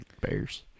Bears